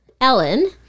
Ellen